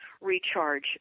recharge